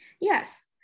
Yes